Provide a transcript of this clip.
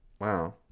Wow